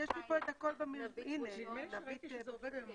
כיום זה 21 ביוני 2021. זה התוקף של חוק סמכויות מיוחדות כרגע.